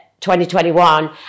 2021